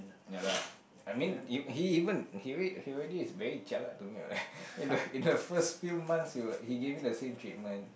ya lah I mean if he even he al~ he already is very jialat to me what in the in the first few months he will he gave me the same treatment